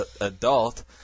adult